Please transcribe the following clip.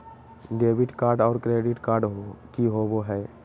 Debit card और credit card की होवे हय?